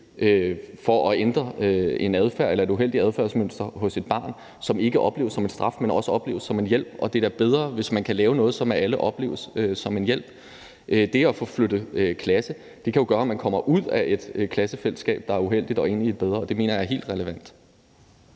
for at ændre et uheldigt adfærdsmønster hos et barn, og som ikke opleves som en straf, men også opleves som en hjælp, og det er da bedre, hvis man kan lave noget, som af alle opleves som en hjælp. Det at få flyttet klasse kan jo gøre, at man kommer ud af et klassefællesskab, der er uheldigt, og ind i et, der er bedre, og det mener jeg er helt relevant.